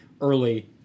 early